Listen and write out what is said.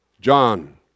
John